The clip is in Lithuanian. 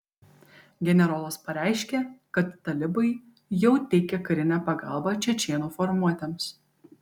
generolas pareiškė kad talibai jau teikia karinę pagalbą čečėnų formuotėms